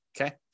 okay